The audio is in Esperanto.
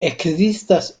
ekzistas